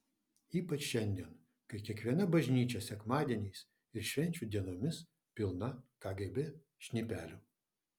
ypač šiandien kai kiekviena bažnyčia sekmadieniais ir švenčių dienomis pilna kgb šnipelių